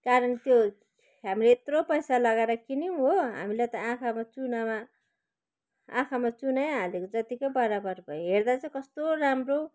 कारण त्यो हामीले यत्रो पैसा लगाएर किन्यौँ हो हामीलाई त आँखामा चुनामा आँखामा चुनै हालेको जत्तिको बराबर भयो हेर्दा चाहिँ कस्तो राम्रो